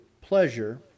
pleasure